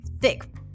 thick